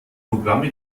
programme